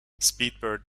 speedbird